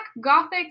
gothic